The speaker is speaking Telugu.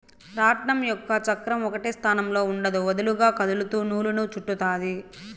రాట్నం యొక్క చక్రం ఒకటే స్థానంలో ఉండదు, వదులుగా కదులుతూ నూలును చుట్టుతాది